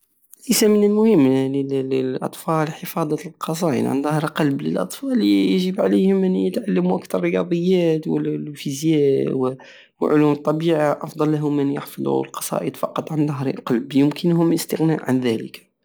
ليس من المهم للاطفال حفاظة القصائد عن ضهر قلب للاطفال يجب عليهم ان يتعلمو اكتر رياضيات والفيزياء وعلوم الطبيعة افضل لهم من ان يحفظو القصائد فقد عن ضهر قلب يمكنهم الاستغناء عن دلك